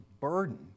burden